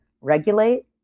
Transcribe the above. regulate